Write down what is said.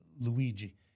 Luigi